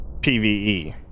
PVE